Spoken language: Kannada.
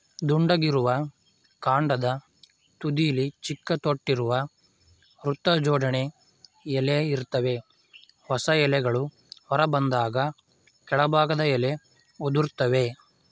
ದುಂಡಗಿರುವ ಕಾಂಡದ ತುದಿಲಿ ಚಿಕ್ಕ ತೊಟ್ಟಿರುವ ವೃತ್ತಜೋಡಣೆ ಎಲೆ ಇರ್ತವೆ ಹೊಸ ಎಲೆಗಳು ಹೊರಬಂದಾಗ ಕೆಳಭಾಗದ ಎಲೆ ಉದುರ್ತವೆ